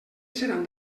seran